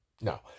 no